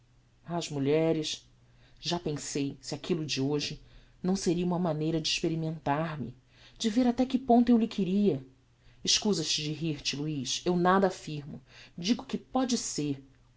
as mulheres já pensei se aquillo de hoje não seria uma maneira de experimentar me de ver até que ponto eu lhe queria escusas de rir te luiz eu nada affirmo digo que pode ser